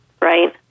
right